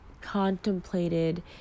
contemplated